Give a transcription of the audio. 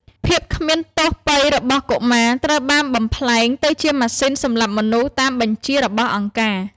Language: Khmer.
ភាពគ្មានទោសពៃរ៍របស់កុមារត្រូវបានបំប្លែងទៅជាម៉ាស៊ីនសម្លាប់មនុស្សតាមបញ្ជារបស់អង្គការ។